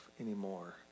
anymore